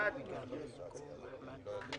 בוקר טוב,